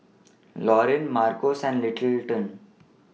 Loreen Marcos and Littleton